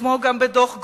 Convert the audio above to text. כמו גם דוח-גולדסטון.